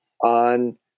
on